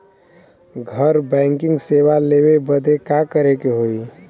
घर बैकिंग सेवा लेवे बदे का करे के होई?